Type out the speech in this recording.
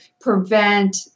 prevent